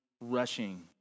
rushing